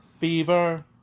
Fever